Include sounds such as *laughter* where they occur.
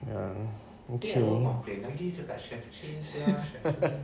ya okay *laughs*